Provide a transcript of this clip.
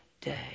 day